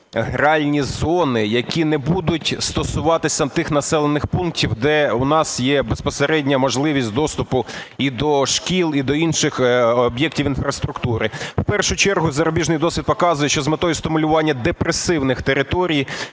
"гральні зони", які не будуть стосуватися тих населених пунктів, де в нас є безпосередня можливість доступу і до шкіл, і до інших об'єктів інфраструктури. В першу чергу, зарубіжний досвід показує, що з метою стимулювання депресивних територій